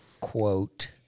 quote